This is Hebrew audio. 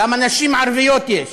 כמה נשים ערביות יש.